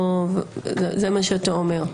זה מה שאתה אומר.